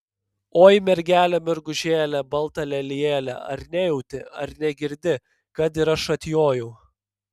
oi mergele mergužėle balta lelijėle ar nejauti ar negirdi kad ir aš atjojau